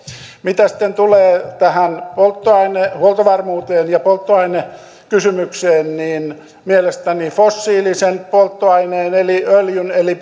mitä tulee tähän polttoainehuoltovarmuuteen ja polttoainekysymykseen niin mielestäni fossiilisen polttoaineen eli öljyn eli